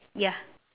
ya